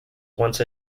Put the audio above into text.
once